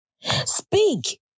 Speak